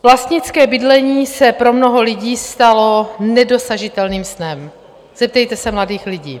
Vlastnické bydlení se pro mnoho lidí stalo nedosažitelným snem, zeptejte se mladých lidí.